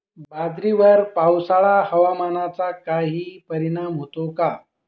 बाजरीवर पावसाळा हवामानाचा काही परिणाम होतो का?